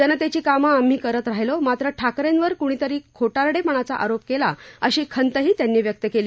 जनतेची कामं आम्ही करत राहिलो मात्र ठाकरेंवर कुणीतरी खोटारडेपणाचा आरोप केला अशी खंतही त्यांनी व्यक्त केली